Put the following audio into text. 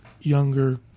younger